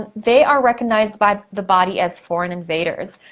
they are recognized by the body as foreign invaders.